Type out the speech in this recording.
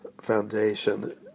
foundation